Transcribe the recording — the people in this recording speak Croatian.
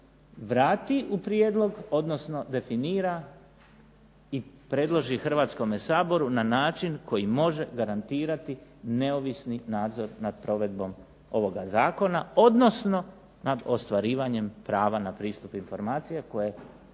vrati u prijedlog, odnosno definira i predloži Hrvatskome saboru na način koji može garantirati neovisni nadzor nad provedbom ovoga zakona, odnosno nad ostvarivanjem prava na pristup informacije koje